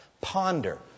Ponder